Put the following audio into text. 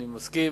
אני מסכים.